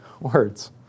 words